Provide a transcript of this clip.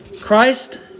Christ